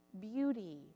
beauty